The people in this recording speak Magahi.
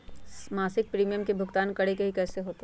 मासिक प्रीमियम के भुगतान करे के हई कैसे होतई?